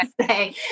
say